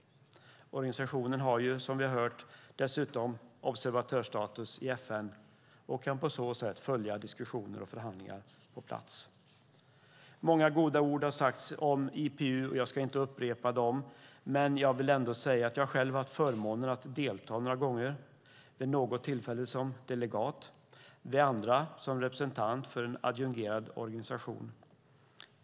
Organisationen har dessutom, som vi hört, observatörsstatus i FN och kan på så sätt följa diskussioner och förhandlingar på plats. Många goda ord har sagts om IPU, och jag ska inte upprepa dem. Jag har själv haft förmånen att delta några gånger, vid något tillfälle som delegat, vid andra som representant för en adjungerad organisation.